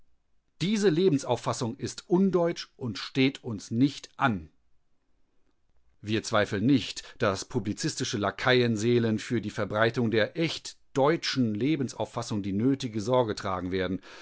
diese lebensauffassung ist undeutsch und steht uns nicht an wir zweifeln nicht daß publizistische lakaienseelen für die verbreitung der echt deutschen lebensauffassung die nötige sorge tragen werden